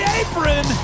apron